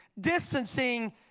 distancing